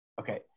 okay